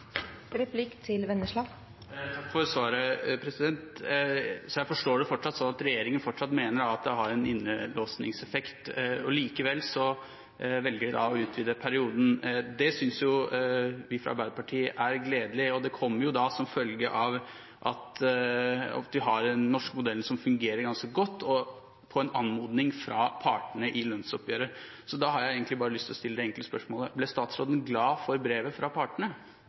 Jeg forstår det fortsatt slik at regjeringen mener at dette har en innlåsningseffekt, og likevel velger de å utvide perioden. Det synes jo vi fra Arbeiderpartiet er gledelig. Det kommer som følge av at vi har den norske modellen, som fungerer ganske godt, på anmodning fra partene i lønnsoppgjøret. Da har jeg egentlig bare lyst til å stille det enkle spørsmålet: Ble statsråden glad for brevet fra partene?